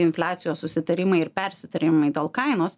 infliacijos susitarimai ir persitarimai dėl kainos